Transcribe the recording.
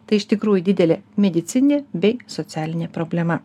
tai iš tikrųjų didelė medicininė bei socialinė problema